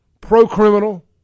pro-criminal